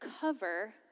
cover